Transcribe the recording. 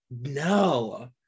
no